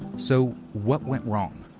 so what went wrong?